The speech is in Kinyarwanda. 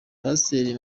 pasiteri